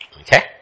Okay